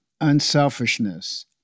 unselfishness